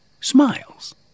smiles